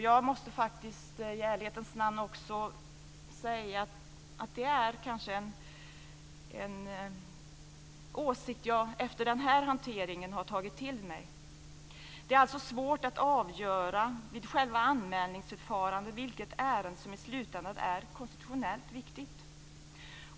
Jag måste i ärlighetens namn säga att det är en åsikt som jag har tagit till mig efter den här hanteringen. Det är svårt att avgöra vid själva anmälningsförfarandet vilket ärende som i slutändan är konstitutionellt viktigt.